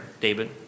David